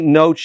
no